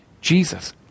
Jesus